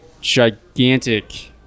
gigantic